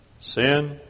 Sin